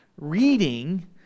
reading